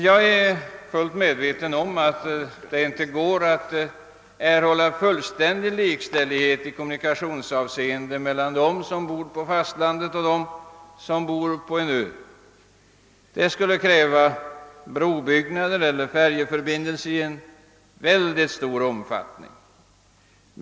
Jag är fullt medveten om att det inte går att erhålla full likställighet i kommunikationshänseende mellan dem som bor på fastlandet och dem som bor på en Ö. Det skulle kräva brobyggnader eller färjförbindelser i mycket stor omfattning.